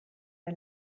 wir